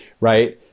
right